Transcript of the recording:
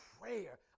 prayer